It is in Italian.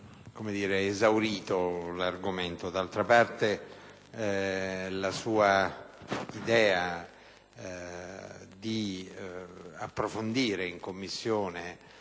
esaurito l'argomento. D'altra parte, la sua idea di approfondire in Commissione